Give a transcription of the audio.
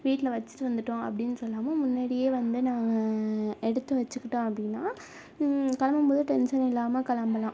வீட்டில் வச்சிவிட்டு வந்துவிட்டோம் அப்படின்னு சொல்லாமல் முன்னாடியே வந்து நாங்கள் எடுத்து வச்சிக்கிட்டோம் அப்படின்னா கிளம்பும்போது டென்ஷன் இல்லாமல் கிளம்பலாம்